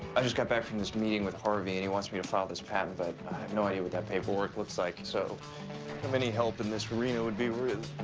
i just got back from this meeting with harvey and he wants me to file this patent, but i have no idea what that paperwork looks like, so any help in this arena would be really